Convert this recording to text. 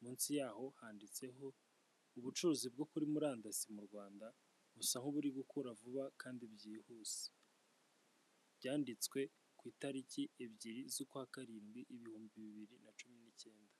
munsi y'aho handitseho ubucuruzi bwo kuri murandasi mu Rwanda busa aho buri gukura vuba kandi byihuse byanditswe ku itariki ebyiri z'ukwa karindwi ibihumbi bibiri na cumi n'icyenda.